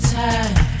time